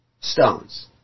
stones